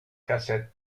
cassette